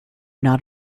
not